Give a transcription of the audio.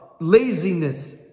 laziness